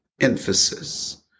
emphasis